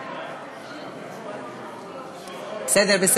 הוספת מסגדים לשירותים ציבוריים שנקבעו לגביהם תעריפי מים מופחתים),